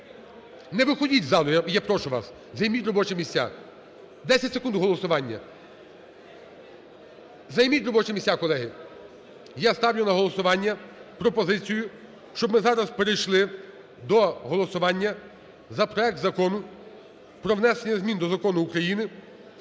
Не виходіть з залу, я прошу вас! Займіть робочі місця. 10 секунд – і голосування. Займіть робочі місця, колеги. Я ставлю на голосування пропозицію, щоб ми зараз перейшли до голосування за проект Закону про внесення змін до Закону України